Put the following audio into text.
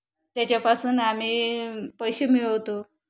त्याच्यापासून आम्ही पैसे मिळवतो